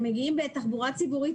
הם לגמרי מגיעים בתחבורה ציבורית.